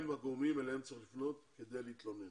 הגורמים אליהם צריך לפנות כדי להתלונן.